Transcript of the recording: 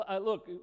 look